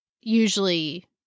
usually